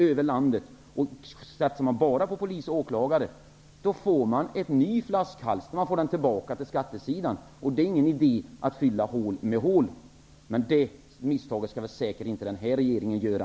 Satsar man bara på polis och åklagare, får man en ny flaskhals tillbaka på skattesidan. Det är ingen idé att fylla hål med hål. Men det misstaget kommer denna regering säkert inte att göra.